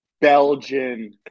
belgian